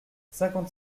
cinquante